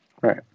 Right